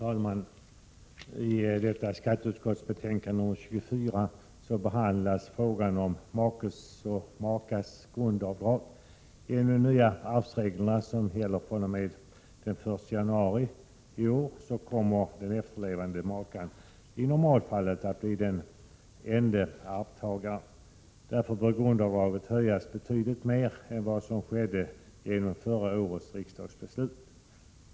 Fru talman! I skatteutskottets betänkande 24 behandlas frågan om makes grundavdrag. Enligt de nya arvsreglerna, som gäller fr.o.m. den 1 januari i år, kommer den efterlevande maken att i normalfallet bli den ende arvtagaren. Därför bör grundavdraget höjas betydligt mer än vad som skedde i och med förra årets riksdagsbeslut.